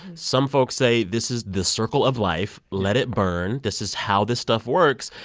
some folks say this is the circle of life. let it burn. this is how this stuff works.